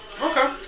Okay